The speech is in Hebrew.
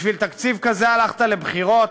בשביל תקציב כזה הלכת לבחירות?